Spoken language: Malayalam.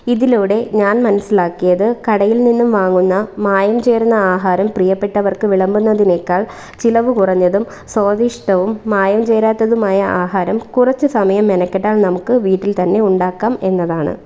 ഇതിലൂടെ ഞാൻ മനസ്സിലാക്കിയത് കടയിൽ നിന്നും വാങ്ങുന്ന മായം ചേർന്ന ആഹാരം പ്രിയപ്പെട്ടവർക്ക് വിളമ്പുന്നതിനേക്കാൾ ചിലവ് കുറഞ്ഞതും സ്വാദിഷ്ടവും മായം ചേരാത്തതുമായ ആഹാരം കുറച്ചു സമയം മെനക്കെട്ടാൽ നമുക്ക് വീട്ടിൽ തന്നെ ഉണ്ടാക്കാം എന്നതാണ്